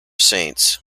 saints